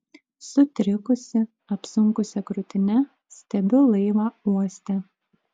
sutrikusi apsunkusia krūtine stebiu laivą uoste